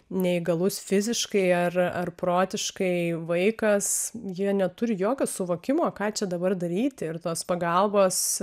neįgalus fiziškai ar ar protiškai vaikas jie neturi jokio suvokimo ką čia dabar daryti ir tos pagalbos